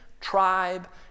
tribe